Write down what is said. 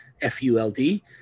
F-U-L-D